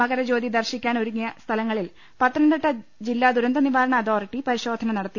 മകരജ്യോതി ദർശിക്കാൻ ഒരുക്കിയ സ്ഥല ങ്ങലിൽ പത്തനംതിട്ട ജില്ലാ ദുരന്തനിവാരണ അതോറിറ്റി പരിശോധന നടത്തി